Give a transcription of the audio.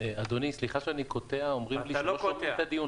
"מפקח בטיחות"